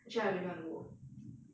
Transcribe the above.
actually I really want to go